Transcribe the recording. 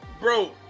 Bro